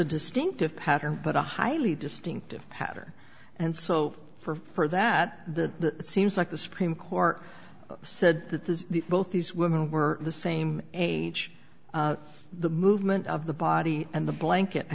a distinctive pattern but a highly distinctive pattern and so for that the it seems like the supreme court said that this both these women were the same age the movement of the body and the blanket i